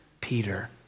Peter